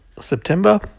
September